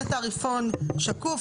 יהיה תעריפון שקוף,